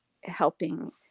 helping